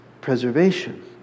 preservation